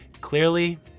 Clearly